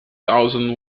thousand